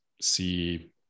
see